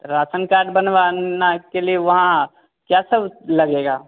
ration card बनवाना के लिए वहाँ क्या सब लगेगा